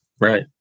right